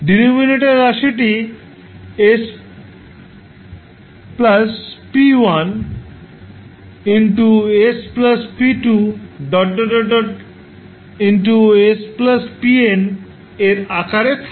denominator রাশিটি 𝒔 𝒑𝟏 𝒔 𝒑𝟐 𝒔 𝒑𝒏 এর আকারে থাকে